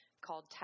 called